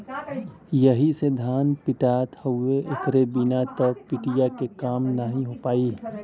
एही से धान पिटात हउवे एकरे बिना त पिटिया के काम नाहीं हो पाई